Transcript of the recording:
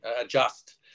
adjust